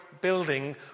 building